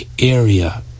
area